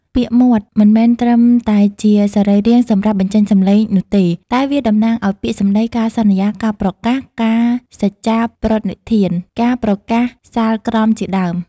ពាក្យ "មាត់" មិនមែនត្រឹមតែជាសរីរាង្គសម្រាប់បញ្ចេញសំឡេងនោះទេ តែវាតំណាងឱ្យពាក្យសម្ដី ការសន្យា ការប្រកាស ការសច្ចាប្រណិធាន ការប្រកាសសាលក្រមជាដើម។